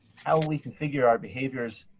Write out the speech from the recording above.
how we configure our behaviors,